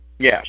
Yes